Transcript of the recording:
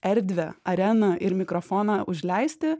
erdvę areną ir mikrofoną užleisti